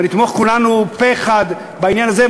ונתמוך כולנו פה-אחד בעניין הזה.